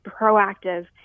proactive